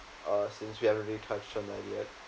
uh since we haven't really touched on that yet